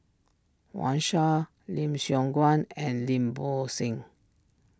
Wang Sha Lim Siong Guan and Lim Bo Seng